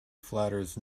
flatters